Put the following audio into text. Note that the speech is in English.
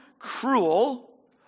cruel